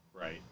right